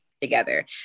together